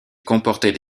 comportaient